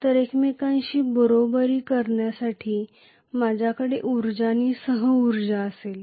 तर एकमेकांशी बरोबरी करण्यासाठी माझ्याकडे ऊर्जा आणि सह ऊर्जा असेल